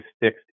fixed